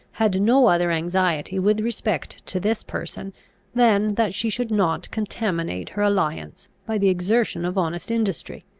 had no other anxiety with respect to this person than that she should not contaminate her alliance by the exertion of honest industry.